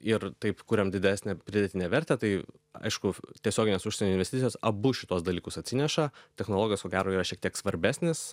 ir taip kuriam didesnę pridėtinę vertę tai aišku tiesioginės užsienio investicijos abu šituos dalykus atsineša technologijos ko gero yra šiek tiek svarbesnis